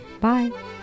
Bye